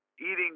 eating